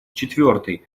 четвертый